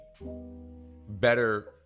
better